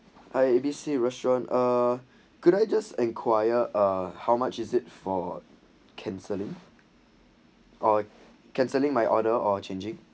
hi A B C restaurant are good I just enquire uh how much is it for cancelling cancelling my order or changing